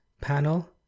panel